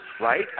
right